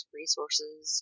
resources